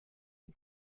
den